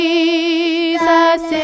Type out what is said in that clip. Jesus